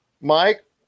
Mike